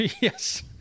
yes